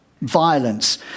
violence